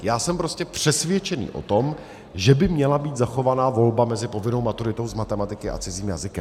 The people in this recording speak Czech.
Já jsem prostě přesvědčený o tom, že by měla být zachovaná volba mezi povinnou maturitou z matematiky a cizím jazykem.